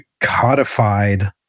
codified